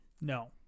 No